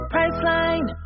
Priceline